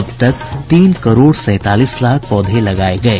अब तक तीन करोड़ सैंतालीस लाख पौधे लगाये गये